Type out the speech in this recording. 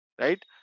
right